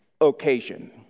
occasion